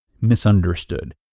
misunderstood